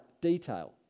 detail